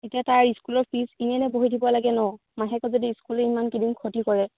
এতিয়া তাৰ স্কুলৰ ফিজ খিনিয়ে বহুত দিব লাগে ন মাহেকত যদি স্কুলেই ইমান কেইদিন খতি কৰে